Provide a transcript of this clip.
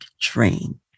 train